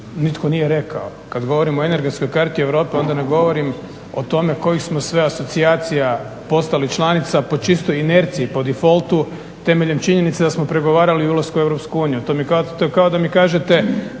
nitko nije rekao. Kad govorimo o energetskoj karti Europe, onda ne govorim o tome kojih smo sve asocijacija postali članica po čistoj inerciji, po difoltu, temeljem činjenice da smo pregovarali o ulasku u EU. To mi je kao da mi kažete